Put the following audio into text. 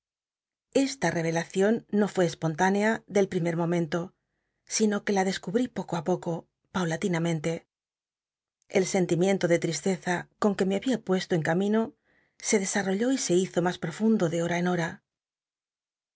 esta rel'elacion no rué espontánea del primer momento sino que la descubri poco á poco paulatinamente el sentimiento de tristeza con que me babia puesto en camino se desarr olló y se hizo mas profundo de hora en hora